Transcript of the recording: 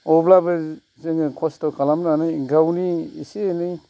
अब्लाबो जोङो खस्थ' खालामनानै गावनि एसे एनै